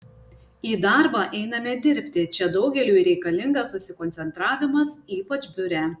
į darbą einame dirbti čia daugeliui reikalingas susikoncentravimas ypač biure